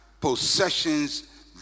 possessions